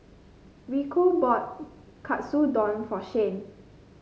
Rico bought Katsudon for Shyanne